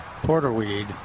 porterweed